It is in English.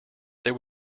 there